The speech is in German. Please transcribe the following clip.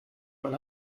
man